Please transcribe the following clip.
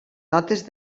notes